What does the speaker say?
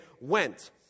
went